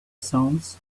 sounds